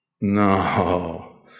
No